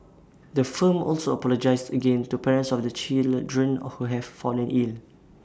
the firm also apologised again to parents of the children who have fallen ill